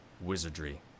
wizardry